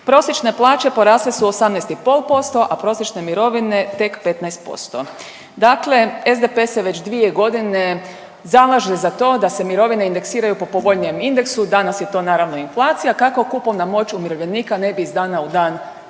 prosječne plaće porasle su 18 i pol posto, a prosječne mirovine tek 15%. Dakle, SDP se već dvije godine zalaže za to da se mirovine indeksiraju po povoljnijem indeksu. Danas je to naravno inflacija kako kupovna moć umirovljenika ne bi iz dana u dan padala